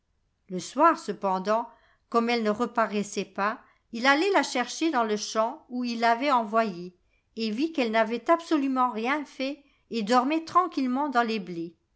le soir cependant comme elle ne reparaissait pas il alla la chercher dans le champ où il l'avait envoyée et vit qu'elle n'avait absolument rien fait et dormait tranquillement dans les blés